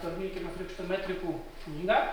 tolminkiemio krikšto metrikų knygą